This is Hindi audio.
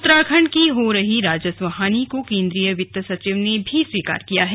उत्तराखण्ड की हो रही राजस्व हानि को केंद्रीय वित्त सचिव ने भी स्वीकार किया है